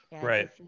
right